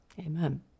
Amen